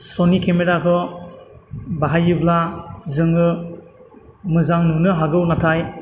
सनि केमेराखौ बाहायोब्ला जोङो मोजां नुनो हागौ नाथाय